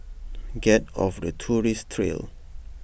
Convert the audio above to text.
get off the tourist trail